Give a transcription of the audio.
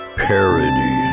parody